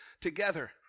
together